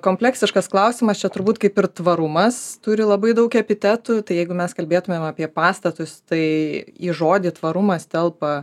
kompleksiškas klausimas čia turbūt kaip ir tvarumas turi labai daug epitetų tai jeigu mes kalbėtumėm apie pastatus tai į žodį tvarumas telpa